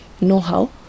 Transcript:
know-how